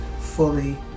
fully